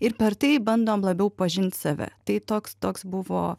ir per tai bandom labiau pažint save tai toks toks buvo